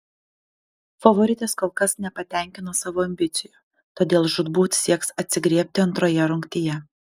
favoritės kol kas nepatenkino savo ambicijų todėl žūtbūt sieks atsigriebti antrojoje rungtyje